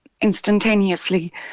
instantaneously